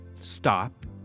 Stop